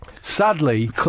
sadly